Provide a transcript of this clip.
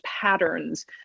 patterns